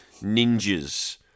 ninjas